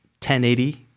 1080